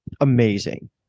amazing